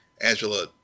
Angela